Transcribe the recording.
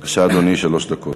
בבקשה, אדוני, שלוש דקות.